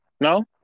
No